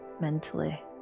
mentally